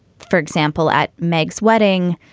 for example, at meg's wedding.